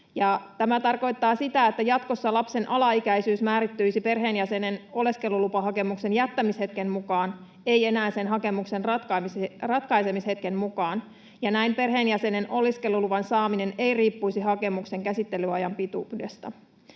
Tämä tarkoittaa sitä, että jatkossa lapsen alaikäisyys määrittyisi perheenjäsenen oleskelulupahakemuksen jättämishetken mukaan, ei enää sen hakemuksen ratkaisemishetken mukaan, ja näin perheenjäsenen oleskeluluvan saaminen ei riippuisi hakemuksen käsittelyajan pituudesta.